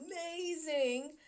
amazing